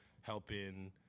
helping